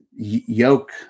yoke